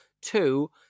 two